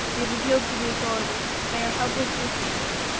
we have appealed to the authorities, but they are helpless to assist us.